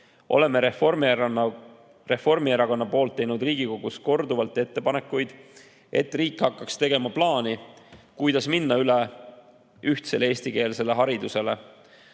Oleme Reformierakonna poolt teinud Riigikogus korduvalt ettepanekuid, et riik hakkaks tegema plaani, kuidas minna üle ühtsele eestikeelsele haridusele.